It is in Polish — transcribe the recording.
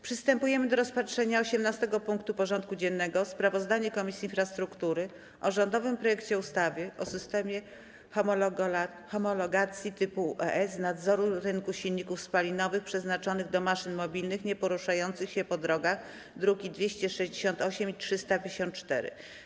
Przystępujemy do rozpatrzenia punktu 18. porządku dziennego: Sprawozdanie Komisji Infrastruktury o rządowym projekcie ustawy o systemach homologacji typu UE i nadzoru rynku silników spalinowych przeznaczonych do maszyn mobilnych nieporuszających się po drogach (druki nr 268 i 354)